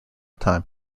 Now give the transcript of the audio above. time